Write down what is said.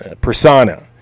persona